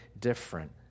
different